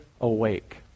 awake